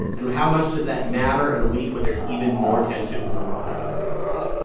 and how much does that matter in a week where there's even more tension with iran and other countries?